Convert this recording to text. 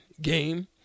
game